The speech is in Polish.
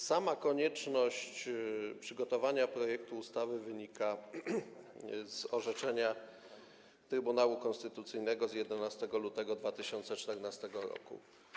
Sama konieczność przygotowania projektu ustawy wynika z orzeczenia Trybunału Konstytucyjnego z 11 lutego 2014 r.